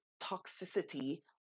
toxicity